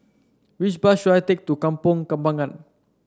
which bus should I take to Kampong Kembangan